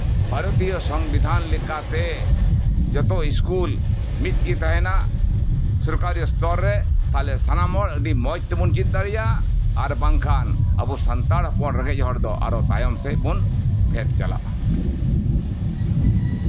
ᱵᱷᱟᱨᱚᱛᱤᱭᱚ ᱥᱚᱝᱵᱤᱫᱷᱟᱱ ᱞᱮᱠᱟᱛᱮ ᱡᱚᱛᱚ ᱥᱠᱩᱞ ᱢᱤᱫᱜᱮ ᱛᱟᱸᱦᱮᱱᱟ ᱥᱚᱨᱠᱟᱨᱤ ᱥᱛᱚᱨ ᱨᱮ ᱛᱟᱦᱞᱮ ᱥᱟᱱᱟᱢ ᱦᱚᱲ ᱟᱹᱰᱤ ᱢᱚᱸᱡᱽ ᱛᱮᱵᱚᱱ ᱪᱮᱫ ᱫᱟᱲᱮᱭᱟᱜᱼᱟ ᱟᱨ ᱵᱟᱝᱠᱷᱟᱱ ᱟᱵᱚ ᱥᱟᱱᱛᱟᱲ ᱦᱚᱯᱚᱱ ᱨᱮᱸᱜᱮᱡ ᱦᱚᱲ ᱫᱚ ᱟᱨᱚ ᱛᱟᱭᱚᱢ ᱥᱮᱫ ᱵᱚᱱ ᱯᱷᱮᱰ ᱪᱟᱞᱟᱜᱼᱟ